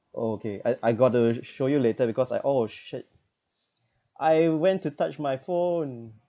oh okay I I got to show you later because I oh shit I went to touch my phone